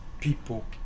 people